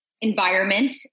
environment